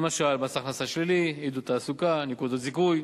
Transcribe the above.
למשל מס הכנסה שלילי, עידוד תעסוקה, נקודות זיכוי.